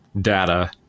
data